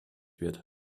wird